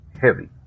heavy